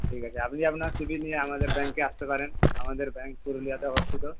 ঠিক আছে আপনি আপনার সিবিল নিয়ে আমাদের ব্যাংকে আসতে পারেন আমাদের ব্যাংক পুরুলিয়াতে অবস্থিত